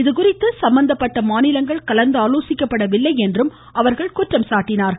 இதுகுறித்து சம்மந்தப்பட்ட மாநிலங்கள் கலந்தாலோசிக்கப்படவில்லை என்று அவர்கள் குற்றம் சாட்டினார்கள்